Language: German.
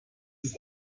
ist